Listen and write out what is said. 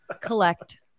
Collect